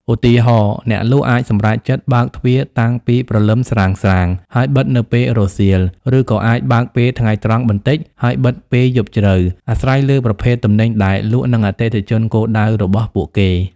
ឧទាហរណ៍ អ្នកលក់អាចសម្រេចចិត្តបើកទ្វារតាំងពីព្រលឹមស្រាងៗ ហើយបិទនៅពេលរសៀល ឬក៏អាចបើកពេលថ្ងៃត្រង់បន្តិចហើយបិទពេលយប់ជ្រៅ អាស្រ័យលើប្រភេទទំនិញដែលលក់ និងអតិថិជនគោលដៅរបស់ពួកគេ។